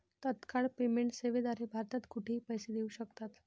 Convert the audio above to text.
तत्काळ पेमेंट सेवेद्वारे भारतात कुठेही पैसे देऊ शकतात